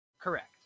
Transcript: Correct